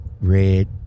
Red